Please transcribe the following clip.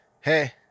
Hey